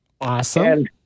Awesome